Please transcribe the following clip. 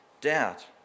doubt